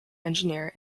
engineer